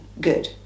good